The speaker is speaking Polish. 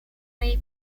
jej